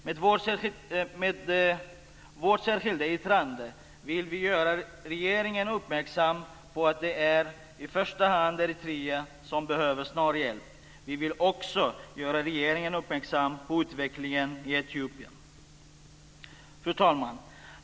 Med vårt särskilda yttrande vill vi göra regeringen uppmärksam på att det i första hand är Eritrea som behöver snar hjälp. Vi vill också göra regeringen uppmärksam på utvecklingen i Etiopien. Fru talman!